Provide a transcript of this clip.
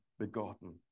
begotten